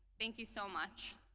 thank you so much.